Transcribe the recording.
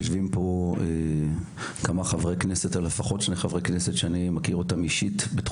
יושבים פה לפחות שני חברי כנסת מתחום החינוך שאני מכיר אותם באופן אישי,